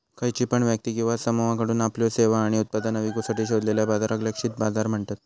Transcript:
खयची पण व्यक्ती किंवा समुहाकडुन आपल्यो सेवा आणि उत्पादना विकुसाठी शोधलेल्या बाजाराक लक्षित बाजार म्हणतत